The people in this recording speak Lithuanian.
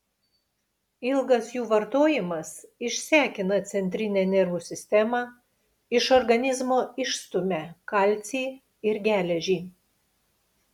ilgas jų vartojimas išsekina centrinę nervų sistemą iš organizmo išstumia kalcį ir geležį